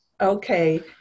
Okay